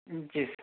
जी sir